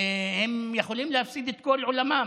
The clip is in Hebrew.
הם יכולים להפסיד את כל עולמם.